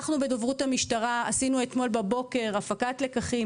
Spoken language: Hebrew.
אנחנו בדוברות המשטרה עשינו אתמול בבוקר הפקת לקחים,